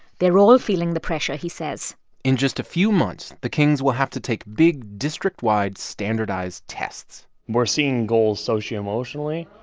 they're all feeling the pressure, he says in just a few months, the kings will have to take big, district-wide standardized tests we're seeing goals socially and emotionally,